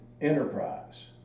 enterprise